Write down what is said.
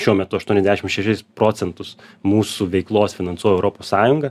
šiuo metu aštuoniasdešim šešis procentus mūsų veiklos finansuoja europos sąjunga